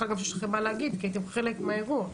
שיש לכם גם מה להגיד כי הייתם חלק מן האירוע.